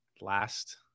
last